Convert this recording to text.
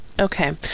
okay